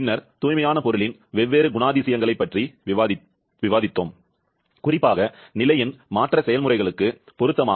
பின்னர் தூய்மையான பொருளின் வெவ்வேறு குணாதிசயங்களைப் பற்றி விவாதித்தோம் குறிப்பாக நிலையின் மாற்ற செயல்முறைகளுக்கு பொருத்தமாக